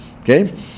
Okay